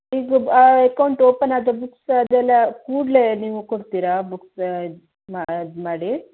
ಇದು account open ಆದ books ಅದೆಲ್ಲ ಕೂಡಲೇ ನೀವು ಕೊಡ್ತೀರಾ ಬುಕ್ಸ್ ಇದು ಮಾಡಿ